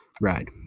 ride